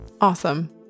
Awesome